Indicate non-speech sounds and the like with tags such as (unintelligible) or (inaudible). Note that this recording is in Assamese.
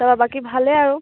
(unintelligible) বাকী ভালে আৰু